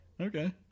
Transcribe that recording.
Okay